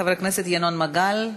חבר הכנסת ינון מגל,